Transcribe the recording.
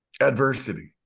Adversity